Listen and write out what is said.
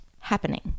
happening